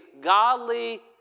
godly